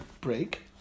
break